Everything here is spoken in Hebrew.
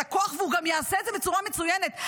הכוח והוא גם יעשה את זה בצורה מצוינת.